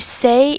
say